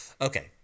Okay